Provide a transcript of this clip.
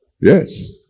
Yes